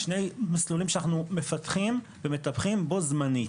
שני מסלולים שאנחנו מפתחים ומטפחים בו זמנית.